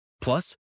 Plus